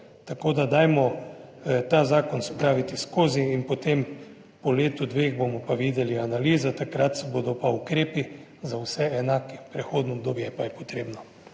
Tako da dajmo ta zakon spraviti skozi in potem po letu, dveh bomo pa videli analizo, takrat se bodo pa ukrepi za vse enako, prehodno obdobje pa je potrebno.